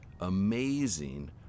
amazing